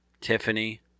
Tiffany